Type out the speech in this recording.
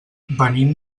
venim